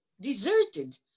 deserted